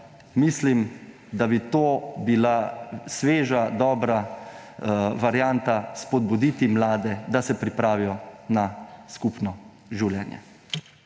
Mislim, da bi to bila sveža, dobra varianta spodbuditi mlade, da se pripravijo na skupno življenje.